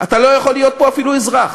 אתה לא יכול להיות פה אפילו אזרח.